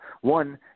One